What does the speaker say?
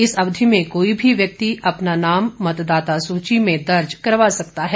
इस अवधि में कोई भी व्यक्ति अपना नाम मतदाता सूची में दर्ज करवा सकता है